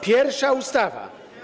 Pierwsza ustawa.